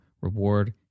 reward